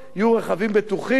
יהיו רכבים בטוחים,